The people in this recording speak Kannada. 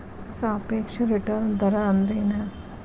ಸಾಪೇಕ್ಷ ರಿಟರ್ನ್ ದರ ಅಂದ್ರೆನ್